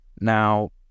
now